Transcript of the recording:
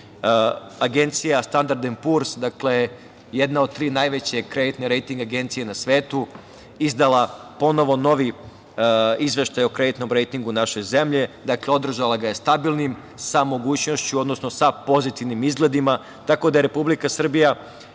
Agencija „Standard end purs“, jedna od tri najveće kreditne rejting agencije na svetu, izdala ponovo novi izveštaj o kreditnom rejtingu naše zemlje. Dakle, održala ga je stabilnim, sa mogućnošću odnosno sa pozitivnim izgledima, tako da je Republika Srbija